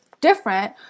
different